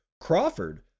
Crawford